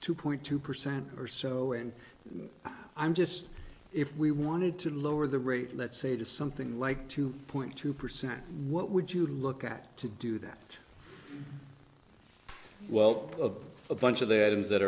two point two percent or so and i'm just if we wanted to lower the rate let's say to something like two point two percent what would you look at to do that well a bunch of their names that